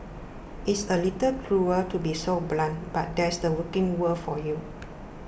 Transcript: it's a little cruel to be so blunt but that's the working world for you